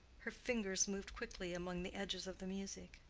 her fingers moved quickly among the edges of the music.